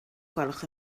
gwelwch